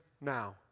now